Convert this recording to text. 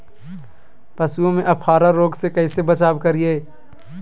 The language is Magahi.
पशुओं में अफारा रोग से कैसे बचाव करिये?